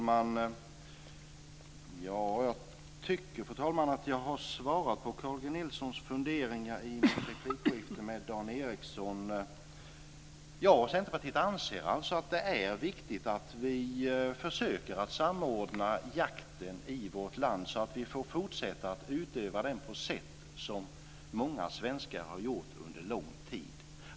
Fru talman! Jag tycker att jag har svarat på Carl G Nilssons funderingar i mitt replikskifte med Dan Ericsson. Jag och Centerpartiet anser alltså att det är viktigt att vi försöker samordna jakten i vårt land, så att vi får fortsätta att utöva den på ett sätt som många svenskar har gjort under lång tid.